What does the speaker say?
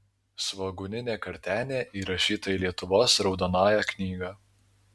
svogūninė kartenė įrašyta į lietuvos raudonąją knygą